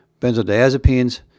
benzodiazepines